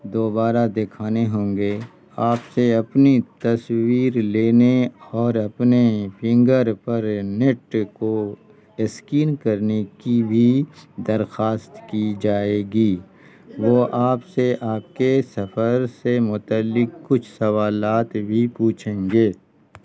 دوبارہ دکھانے ہوں گے آپ سے اپنی تصویر لینے اور اپنے فنگر پرنٹ کو اسکین کرنے کی بھی درخواست کی جائے گی وہ آپ سے آپ کے سفر سے متعلق کچھ سوالات بھی پوچھیں گے